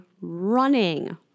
running